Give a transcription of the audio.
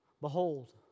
Behold